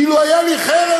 אילו הייתה לי חרב,